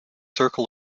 circle